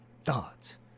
thoughts